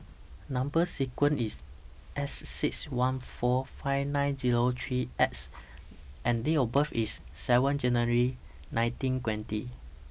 Number sequence IS S six one four five nine Zero three X and Date of birth IS seven January nineteen twenty